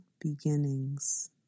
beginnings